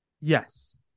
Yes